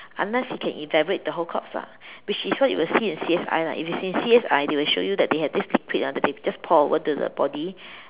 unless he can evaporate the whole corpse lah which is what you will see in C_S_I lah if it's in C_S_I they will show you that they have this liquid ah that they just pour over to the body